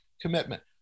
commitment